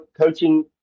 coaching